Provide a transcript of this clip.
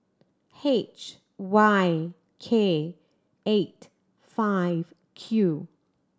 H Y K eight five Q